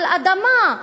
על אדמה.